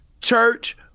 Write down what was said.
church